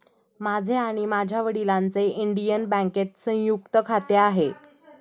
माझे आणि माझ्या वडिलांचे इंडियन बँकेत संयुक्त खाते आहे